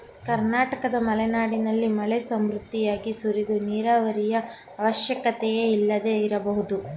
ಕರ್ನಾಟಕದ ಮಲೆನಾಡಿನಲ್ಲಿ ಮಳೆ ಸಮೃದ್ಧಿಯಾಗಿ ಸುರಿದು ನೀರಾವರಿಯ ಅವಶ್ಯಕತೆಯೇ ಇಲ್ಲದೆ ಇರಬಹುದು